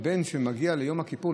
וכשמגיעים ליום כיפור,